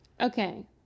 Okay